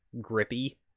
grippy